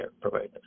providers